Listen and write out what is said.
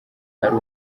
ari